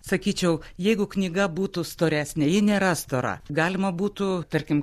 sakyčiau jeigu knyga būtų storesnė ji nėra stora galima būtų tarkim